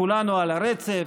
כולנו על הרצף.